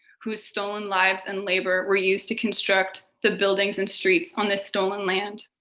whose stolen lives and labor were used to construct the buildings and streets on this stolen land.